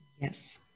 yes